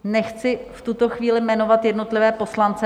Nechci v tuto chvíli jmenovat jednotlivé poslance.